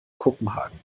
kopenhagen